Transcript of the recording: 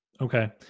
okay